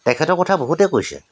এখেতৰ কথা বহুতে কৈছে